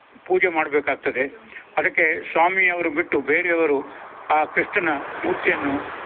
ಪೂಜೆ ಮಾಡಬೇಕಾಗ್ತದೆ ಅದಕ್ಕೆ ಸ್ವಾಮಿಯವರು ಬಿಟ್ಟು ಬೇರೆಯವರು ಆ ಕೃಷ್ಣನ ಮೂರ್ತಿಯನ್ನು